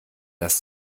das